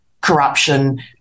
corruption